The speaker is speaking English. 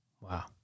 Wow